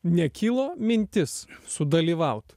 nekilo mintis sudalyvaut